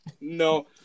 No